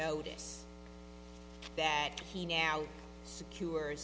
notice that he now secure